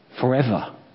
forever